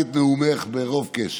שמעתי את נאומך ברוב קשב,